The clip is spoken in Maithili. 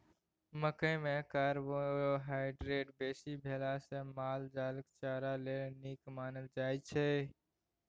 मकइ मे कार्बोहाइड्रेट बेसी भेला सँ माल जालक चारा लेल नीक मानल जाइ छै